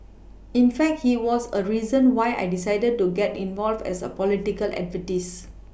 in fact he was a reason why I decided to get involved as a political activist